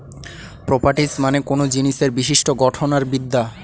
properties মানে কোনো জিনিসের বিশিষ্ট গঠন আর বিদ্যা